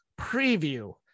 preview